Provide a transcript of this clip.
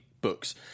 books